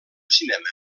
cinema